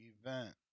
event